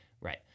Right